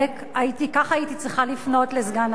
כך הייתי צריכה לפנות לסגן השר.